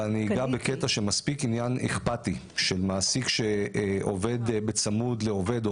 אבל אני אגע בקטע שמספיק עניין אכפתי שמעסיק עובד צמוד לעובד או